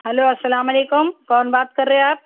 hello السلام علیکم کون بات کر رہے آپ